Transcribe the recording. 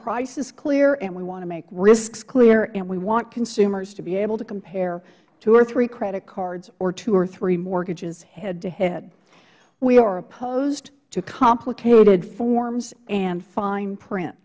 prices clear and we want to make risks clear and we want consumers to be able to compare two or three credit cards or two or three mortgages headtohead we are opposed to complicated forms and fine print